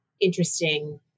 interesting